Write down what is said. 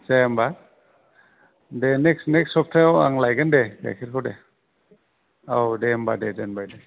जाया होमबा दे नेकस्ट नेकस्ट सफ्थायाव आं लायगोन दे गायखेरखौ दे औ दे होमबा दे दोनबाय